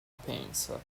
pensa